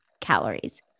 calories